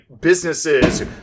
businesses